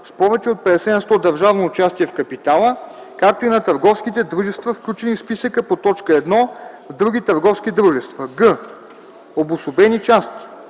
с повече от 50 на сто държавно участие в капитала, както и на търговските дружества, включени в списъка по т. 1 в други търговски дружества; г) обособени части